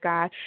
God